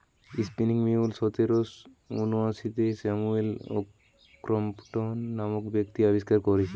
spinning mule সতেরশ ঊনআশিতে Samuel Crompton নামক ব্যক্তি আবিষ্কার কোরেছে